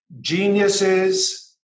geniuses